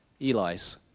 Eli's